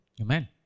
Amen